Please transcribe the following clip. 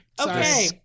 Okay